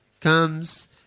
comes